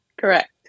correct